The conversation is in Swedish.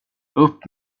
upp